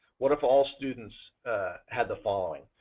what if all students had the following,